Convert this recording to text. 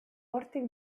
hortik